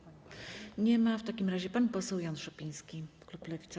W takim razie pan poseł Jan Szopiński, klub Lewica.